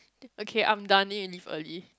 th~ okay I'm done then you leave early